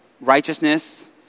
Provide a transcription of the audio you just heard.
righteousness